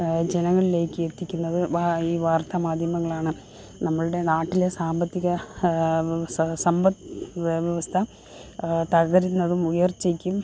ജനങ്ങൾലേക്ക് എത്തിക്ക്ന്നത് ഈ വാർത്താമാധ്യമങ്ങളാണ് നമ്മുടെ നാട്ടിലെ സാമ്പത്തിക സമ്പത് വ്യവസ്ഥ തകരുന്നതും ഉയർച്ചയ്ക്കും